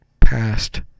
past